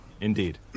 Indeed